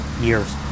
years